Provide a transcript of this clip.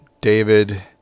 David